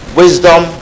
wisdom